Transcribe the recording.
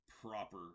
proper